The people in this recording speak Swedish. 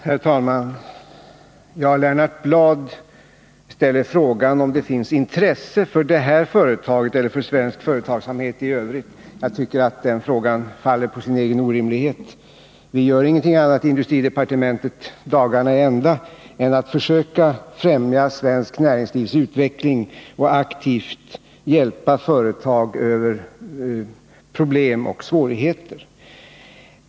Herr talman! Lennart Bladh ställer frågan om det finns intresse för det här företaget och för svensk företagsamhet i övrigt. Jag tycker att antydningarna om någonting annat faller på sin egen orimlighet. Vi gör i industridepartementet ingenting annat dagarna i ända än försöker främja svenskt näringslivs utveckling och hjälpa företag över problem och svårigheter.